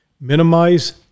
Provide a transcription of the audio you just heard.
Minimize